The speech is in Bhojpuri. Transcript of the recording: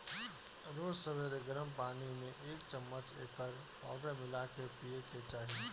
रोज सबेरे गरम पानी में एक चमच एकर पाउडर मिला के पिए के चाही